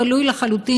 מדוח גלוי לחלוטין,